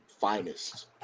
finest